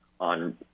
on